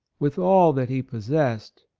with all that he possessed,